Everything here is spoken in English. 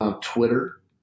Twitter